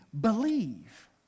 believe